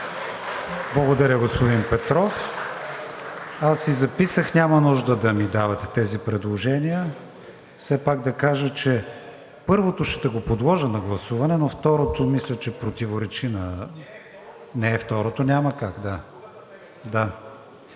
Благодаря, господин Петров. Аз си записах, няма нужда да ми давате тези предложения. Все пак да кажа, че първото ще го подложа на гласуване, но второто мисля, че противоречи на… (Реплики.) Не, второто няма как, да.